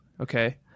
Okay